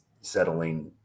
settling